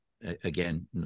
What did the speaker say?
again